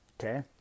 okay